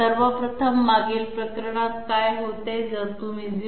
सर्व प्रथम मागील प्रकरण काय होते जर तुम्ही 0